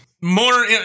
More